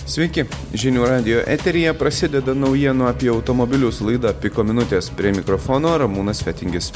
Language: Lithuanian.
sveiki žinių radijo eteryje prasideda naujienų apie automobilius laida piko minutės prie mikrofono ramūnas fetingis